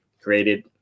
created